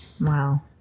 Wow